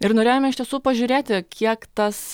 ir norėjome iš tiesų pažiūrėti kiek tas